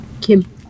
Kim